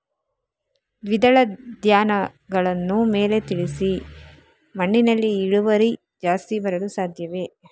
ದ್ವಿದಳ ಧ್ಯಾನಗಳನ್ನು ಮೇಲೆ ತಿಳಿಸಿ ಮಣ್ಣಿನಲ್ಲಿ ಇಳುವರಿ ಜಾಸ್ತಿ ಬರಲು ಸಾಧ್ಯವೇ?